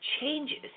changes